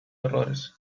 errores